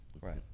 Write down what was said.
Right